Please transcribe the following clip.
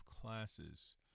classes